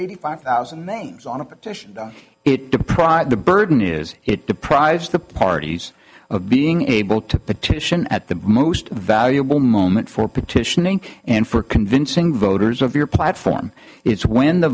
eighty five thousand names on a petition it deprived the burden is it deprives the parties of being able to petition at the most valuable moment for petitioning and for convincing voters of your platform it's when the